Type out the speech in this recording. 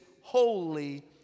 holy